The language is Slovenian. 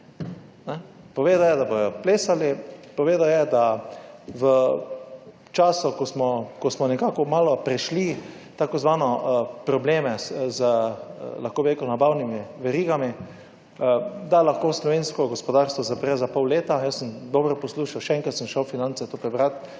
Povedal je, da bodo plesali, povedal je, da v času, ko smo nekako malo prešli tako zvano probleme z, lahko bi rekel, nabavnimi verigami, da lahko slovensko gospodarstvo zapre za pol leta. Jaz sem dobro poslušal, še enkrat sem šel v Finance to prebrati,